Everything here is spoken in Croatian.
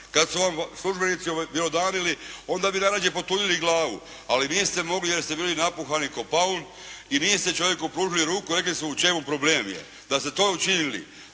kad su vam službenici objelodanili onda bi najrađe potunjili glavu ali niste mogli jer ste bili napuhani kao paun i niste čovjeku pružili ruku i rekli u čemu je problem. Da ste to učinili